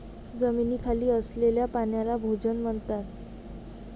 जमिनीखाली असलेल्या पाण्याला भोजल म्हणतात